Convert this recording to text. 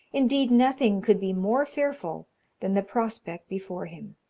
indeed, nothing could be more fearful than the prospect before him.